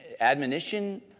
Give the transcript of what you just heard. admonition